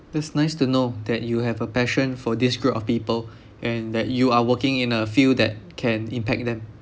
that's nice to know that you have a passion for this group of people and that you are working in a field that can impact them